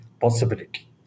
possibility